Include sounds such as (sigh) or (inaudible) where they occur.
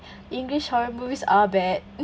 (breath) english horror movies are bad mm